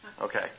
Okay